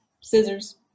Scissors